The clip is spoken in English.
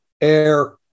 air